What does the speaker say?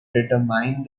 determine